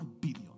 billion